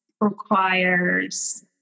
requires